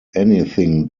anything